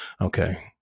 okay